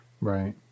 right